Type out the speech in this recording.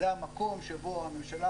זה המקום שבו הממשלה,